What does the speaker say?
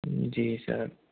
जी sir